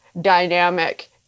dynamic